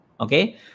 okay